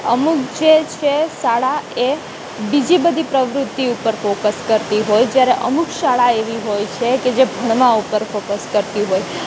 અમુક જે છે શાળા એ બીજી બધી પ્રવૃત્તિ ઉપર ફોકસ કરતી હોય જ્યારે અમુક શાળા એવી હોય છે કે જે ભણવાં ઉપર ફોકસ કરતી હોય